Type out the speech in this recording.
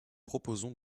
proposons